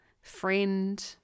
friend